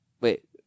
Wait